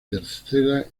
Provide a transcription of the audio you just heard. tercera